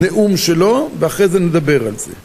נאום שלו, ואחרי זה נדבר על זה.